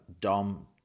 Dom